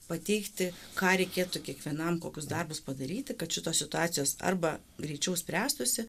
pateikti ką reikėtų kiekvienam kokius darbus padaryti kad šitos situacijos arba greičiau spręstųsi